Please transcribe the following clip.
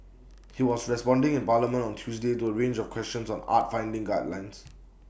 he was responding in parliament on Tuesday to A range of questions on arts funding guidelines